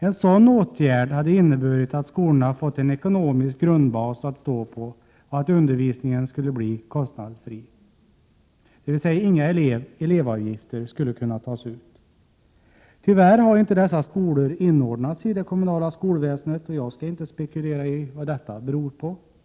En sådan åtgärd hade inneburit att skolorna fått en ekonomisk grund att stå på och att undervisningen skulle bli kostnadsfri, dvs. att inga elevavgifter skulle kunna tas ut. Tyvärr har dessa skolor inte inordnats i det kommunala skolväsendet. Jag skall inte spekulera i vad detta beror på. Men så mycket — Prot.